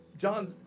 John